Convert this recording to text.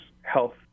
health